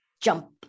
jump